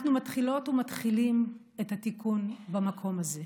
אנחנו מתחילות ומתחילים את התיקון במקום הזה.